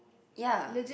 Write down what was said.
ya